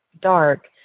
dark